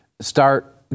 start